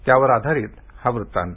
त्यावर आधारित हा वृत्तांत